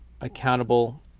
accountable